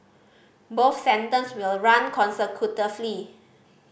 both sentences will run consecutively